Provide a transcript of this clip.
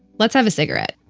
let's have a cigarette.